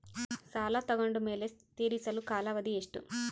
ಸಾಲ ತಗೊಂಡು ಮೇಲೆ ತೇರಿಸಲು ಕಾಲಾವಧಿ ಎಷ್ಟು?